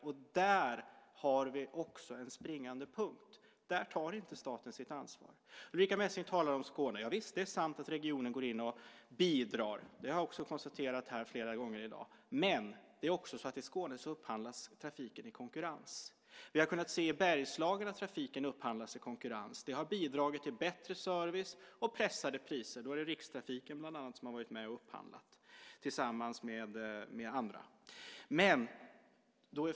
Det är en springande punkt. Där tar inte staten sitt ansvar. Ulrica Messing talar om Skåne. Det är sant att regionen går in och bidrar. Det har jag konstaterat här flera gånger i dag. Men i Skåne upphandlas trafiken i konkurrens. Vi har kunnat se i Bergslagen att trafiken upphandlas i konkurrens. Det har bidragit till bättre service och pressade priser. Det är bland annat Rikstrafiken som har varit med och upphandlat.